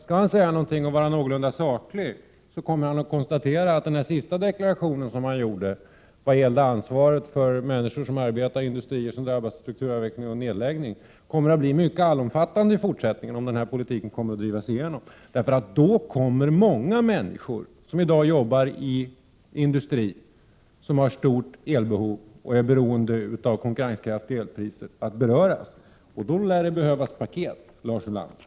Skall han säga någonting och vara någorlunda saklig, måste kn konstatera att deklarationen beträffande ansvaret för människor som arbetar i industrier som drabbas av strukturavveckling och nedläggning kommer att bli mycket allomfattande i fortsättningen, om den här politiken drivs igenom. Då kommer många människor att beröras som i dag arbetar i industrier med stort elbehov, industrier som är beroende av konkurrenskraftiga elpriser. Och då lär det behövas paket, Lars Ulander.